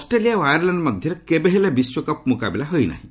Australia ଓ Ireland ମଧ୍ୟରେ କେବେହେଲେ ବିଶ୍ୱକପ୍ ମୁକାବିଲା ହୋଇନାହିଁ